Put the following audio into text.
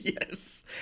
Yes